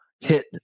hit